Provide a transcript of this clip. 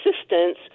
assistance